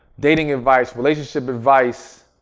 dating advice, relationship advice,